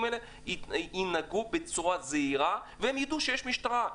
האלה ינהגו בצורה זהירה והם ידעו שיש משטרה,